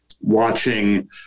watching